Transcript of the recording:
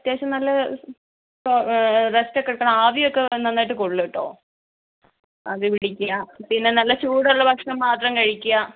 അത്യാവശ്യം നല്ല റസ്റ്റൊക്കെ എടുക്കണം ആവി ഒക്കെ നന്നായിട്ട് കൊള്ളു കേട്ടോ ആവി പിടിക്കുക പിന്നെ നല്ല ചൂടുള്ള ഭക്ഷണം മാത്രം കഴിക്കുക